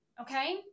okay